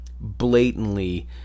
blatantly